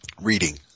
reading